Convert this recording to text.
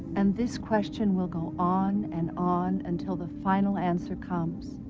and this question will go on and on until the final answer comes.